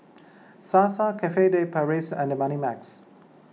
Sasa Cafe De Paris and Moneymax